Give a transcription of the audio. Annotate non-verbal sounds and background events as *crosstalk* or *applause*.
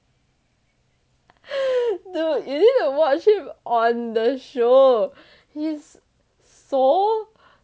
*breath* dude you need to watch him on the show he's so